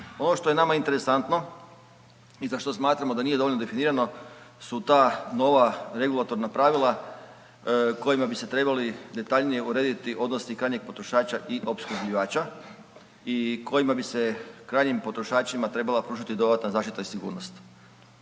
Ono što je nama interesantno i za što smatramo da nije dovoljno definirano su ta nova regulatorna pravila kojima bi se trebali detaljnije urediti odnosi krajnjeg potrošača i opskrbljivača i kojima bi se krajnjim potrošačima trebala pružiti dodatna zaštita i sigurnost.